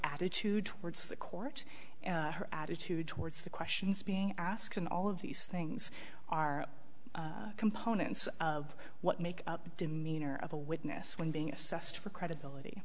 attitude towards the court and her attitude towards the questions being asked and all of these things are components of what make up demeanor of a witness when being assessed for credibility